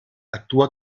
actua